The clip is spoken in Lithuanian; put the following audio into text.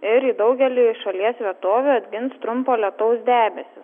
ir į daugelį šalies vietovių atgins trumpo lietaus debesis